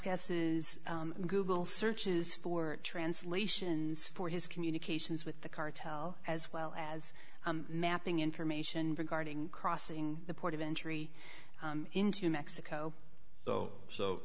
guesses google searches for translations for his communications with the cartel as well as mapping information regarding crossing the port of entry into mexico so